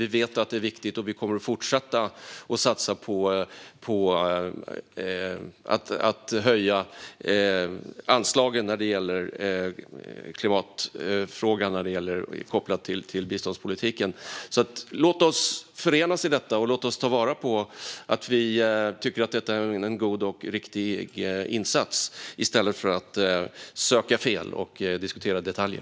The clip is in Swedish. Vi vet att det är viktigt, och vi kommer att fortsätta att satsa på att höja anslagen när det gäller klimatfrågan kopplad till biståndspolitiken. Låt oss förenas i detta, och låt oss ta vara på att vi tycker att detta är en god och riktig insats i stället för att söka fel och diskutera detaljer.